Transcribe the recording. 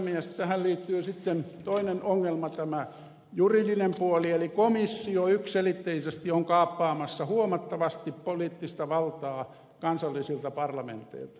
tähän liittyy sitten toinen ongelma tämä juridinen puoli eli komissio yksiselitteisesti on kaappaamassa huomattavasti poliittista valtaa kansallisilta parlamenteilta